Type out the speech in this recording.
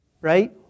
right